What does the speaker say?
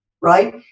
right